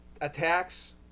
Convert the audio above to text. attacks